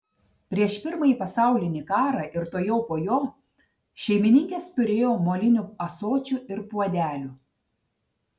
prieš pirmąjį pasaulinį karą ir tuojau po jo šeimininkės turėjo molinių ąsočių ir puodelių